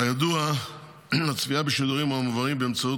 כידוע הצפייה בשידורים המועברים באמצעות